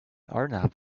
arnav